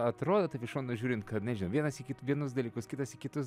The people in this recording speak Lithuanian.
atrodo taip iš šono žiūrint kad nežinau vienas į kit vienus dalykus kitas į kitus